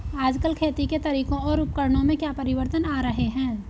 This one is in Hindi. आजकल खेती के तरीकों और उपकरणों में क्या परिवर्तन आ रहें हैं?